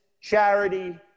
charity